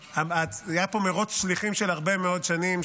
היה פה מרוץ שליחים של הרבה מאוד שנים.